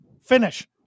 finish